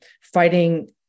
fighting